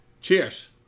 Cheers